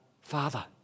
Father